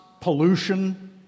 pollution